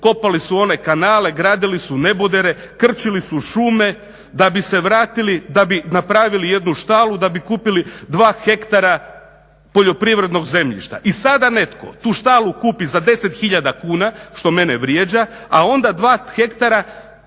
kopali su one kanale, gradili su nebodere, krčili su šume da bi se vratili, da bi napravili jednu štalu, da bi kupili dva hektara poljoprivrednog zemljišta. I sada netko tu štalu kupi za deset tisuća kuna što mene vrijeđa, a onda dva hektara